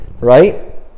Right